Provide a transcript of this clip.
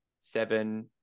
seven